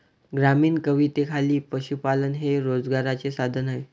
ग्रामीण कवितेखाली पशुपालन हे रोजगाराचे साधन आहे